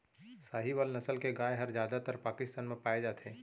साहीवाल नसल के गाय हर जादातर पाकिस्तान म पाए जाथे